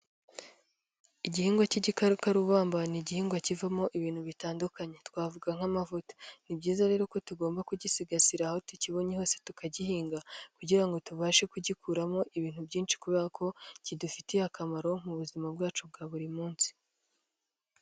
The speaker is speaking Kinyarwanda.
Igihingwa cy'igikakarumba ni igihingwa kivamo ibintu bitandukanye, twavuga nk'amavuta. Ni byiza rero ko tugomba kugisigasira, aho tukibonye hose tukagihinga kugira ngo tubashe kugikuramo ibintu byinshi, kubera ko kidufitiye akamaro mu buzima bwacu bwa buri munsi.